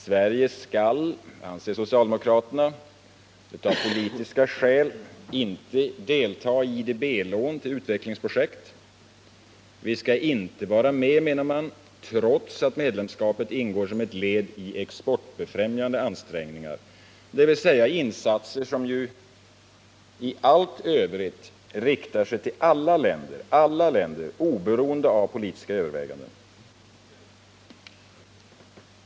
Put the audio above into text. Sverige skall, anser socialdemokraterna, av politiska skäl inte delta i IDB-lån till utvecklingsprojekt. Vi skall inte vara med, menar man, trots att medlemskapet ingår som ett led i exportbefrämjande ansträngningar, dvs. insatser som i allt övrigt riktar sig till alla länder, oberoende av politiska överväganden.